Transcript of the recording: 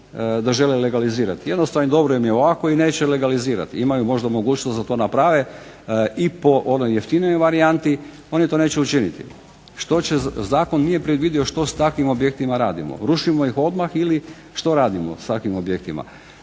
da žele legalizirati. Jednostavno, dobro im je ovako i neće legalizirati. Imaju možda mogućnost da to naprave i po onoj jeftinijoj varijanti, oni to neće učiniti. Zakon nije predvidio što s takvim objektima radimo. Rušimo ih odmah ili što radimo s takvim objektima?